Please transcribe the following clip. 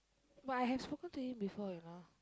but I have spoken to him before you know